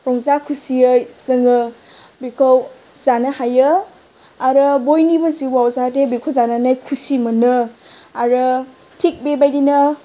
रंजा खुसियै जों बिखौ जानो हायो आरो बयनिबो जिउआव जाहाथे बेखौ जानानै खुसि मोनो आरो थिग बेबायदिनो